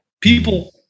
People